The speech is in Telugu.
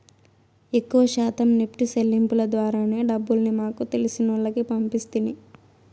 ఎక్కవ శాతం నెప్టు సెల్లింపుల ద్వారానే డబ్బుల్ని మాకు తెలిసినోల్లకి పంపిస్తిని